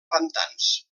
pantans